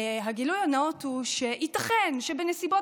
הגילוי הנאות הוא שייתכן שבנסיבות